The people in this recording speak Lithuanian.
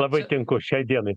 labai tinku šiai dienai